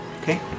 Okay